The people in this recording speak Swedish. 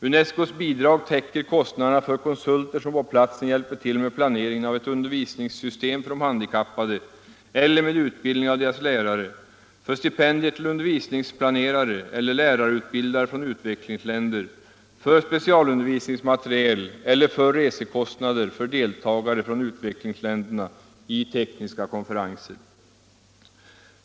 UNESCO:s bidrag täcker kostnaderna för dels konsulter som på platsen hjälper till med pla neringen av ett undervisningssystem för de handikappade eller med utbildning av deras lärare, dels stipendier till undervisningsplanerare eller lärarutbildare från utvecklingsländer, dels specialundervisningsmateriel eller resor för deltagare från utvecklingsländerna i tekniska konferenser.